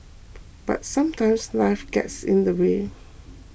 but sometimes life gets in the way